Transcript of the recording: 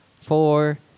Four